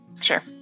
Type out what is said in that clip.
Sure